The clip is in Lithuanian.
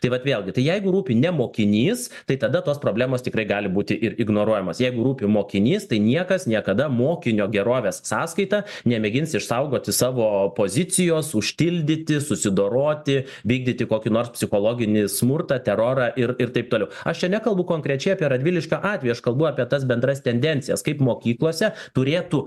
tai vat vėlgi tai jeigu rūpi ne mokinys tai tada tos problemos tikrai gali būti ir ignoruojamos jeigu rūpi mokinys tai niekas niekada mokinio gerovės sąskaita nemėgins išsaugoti savo pozicijos užtildyti susidoroti vykdyti kokį nors psichologinį smurtą terorą ir ir taip toliau aš čia nekalbu konkrečiai apie radviliškio atvejį aš kalbu apie tas bendras tendencijas kaip mokyklose turėtų